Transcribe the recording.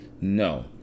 No